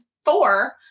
four